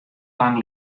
lang